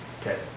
Okay